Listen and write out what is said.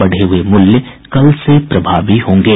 बढ़े हुये मूल्य कल से प्रभावी होंगे